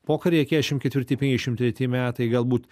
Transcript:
pokaryje keturiasdešimt ketvirti penkiasdešimt treti metai galbūt